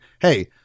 hey